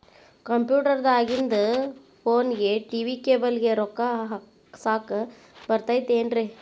Computer ದಾಗಿಂದ್ ಫೋನ್ಗೆ, TV cable ಗೆ, ರೊಕ್ಕಾ ಹಾಕಸಾಕ್ ಬರತೈತೇನ್ರೇ?